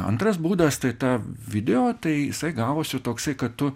antras būdas tai ta video tai jisai gavosi toksai kad tu